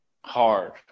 hard